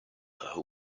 who